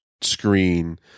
screen